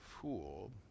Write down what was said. fool